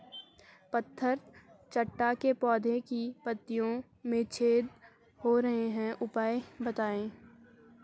पत्थर चट्टा के पौधें की पत्तियों में छेद हो रहे हैं उपाय बताएं?